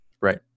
Right